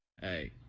Hey